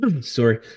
Sorry